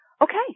Okay